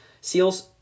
seals